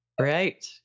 Right